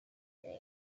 very